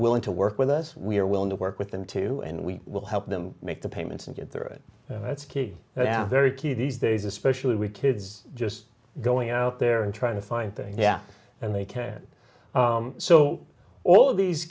willing to work with us we're willing to work with them to and we will help them make the payments and get through it that's key oh yeah very key these days especially with kids just going out there and trying to find things yeah and they care so all of these